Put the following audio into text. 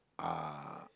uh